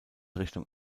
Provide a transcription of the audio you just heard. richtung